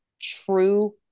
true